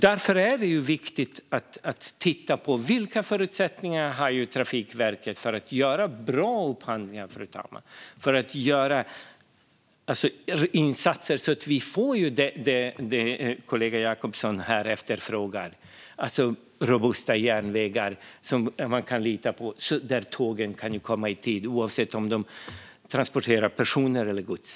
Därför är det viktigt att titta på vilka förutsättningar Trafikverket har för att göra bra upphandlingar, för att göra insatser för att få det kollegan Jacobsson efterfrågar, det vill säga robusta järnvägar där tågen kommer i tid oavsett om de transporterar personer eller gods.